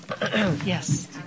Yes